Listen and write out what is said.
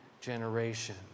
generation